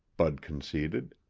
bud conceded,